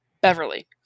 Beverly